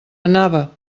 anava